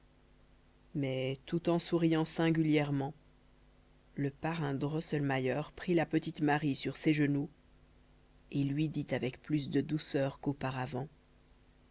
mais tout en souriant singulièrement le parrain drosselmayer prit la petite marie sur ses genoux et lui dit avec plus de douceur qu'auparavant